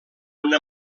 una